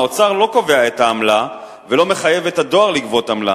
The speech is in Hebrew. האוצר לא קובע את העמלה ולא מחייב את הדואר לגבות עמלה,